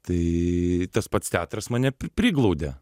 tai tas pats teatras mane pri priglaudė